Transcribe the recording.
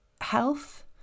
health